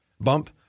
bump